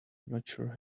natural